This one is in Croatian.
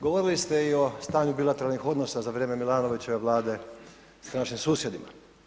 Govorili ste i o stanju bilateralnih odnosa za vrijeme Milanovićeve Vlade, s našim susjedima.